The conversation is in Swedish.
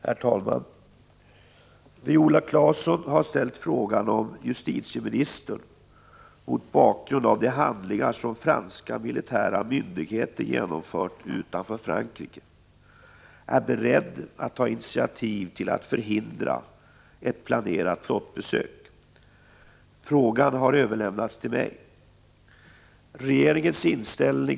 Den 21-25 november kommer enligt uppgift ett av den franska marinens modernaste örlogsfartyg, Orion, att besöka Helsingfors. Den franska staten är ansvarig för terrordådet mot Rainbow Warrior och den internationella fredsoch miljöorganisationen Greenpeace. Örlogsfartyget kan därför sägas representera ett land som utfört terrorhandling på ett främmande lands territorium.